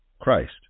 Christ